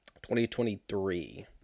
2023